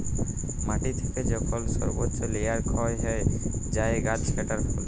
মাটি থেকে যখল সর্বচ্চ লেয়ার ক্ষয় হ্যয়ে যায় গাছ কাটার ফলে